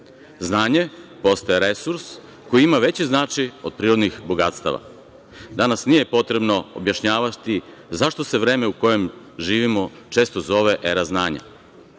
Znanje postaje resurs koji ima veći značaj od prirodnih bogatstava. Danas nije potrebno objašnjavati zašto se vreme u kojem živimo često zove era znanja. Smatra